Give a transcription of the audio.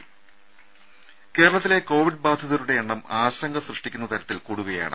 രുഭ കേരളത്തിലെ കോവിഡ് ബാധിതരുടെ എണ്ണം ആശങ്ക സൃഷ്ടിക്കുന്ന തരത്തിൽ കൂടുകയാണ്